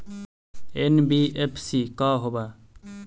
NBFC का होब?